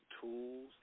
tools